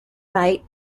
bate